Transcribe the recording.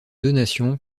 donation